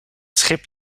schip